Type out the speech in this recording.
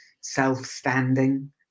self-standing